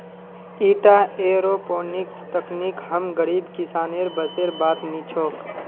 ईटा एयरोपोनिक्स तकनीक हम गरीब किसानेर बसेर बात नी छोक